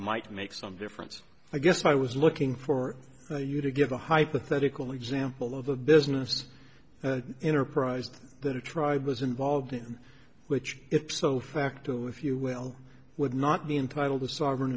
might make some difference i guess i was looking for you to give a hypothetical example of a business enterprise that a tribe was involved in which if so facto if you will would not be entitled to sovereign